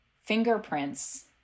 fingerprints